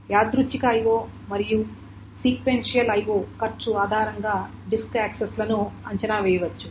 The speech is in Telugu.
యాదృచ్ఛిక IO మరియు సీక్వెన్షియల్ IO ఖర్చు ఆధారంగా డిస్క్ యాక్సెస్లను అంచనా వేయవచ్చు